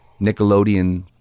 Nickelodeon